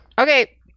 Okay